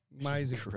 amazing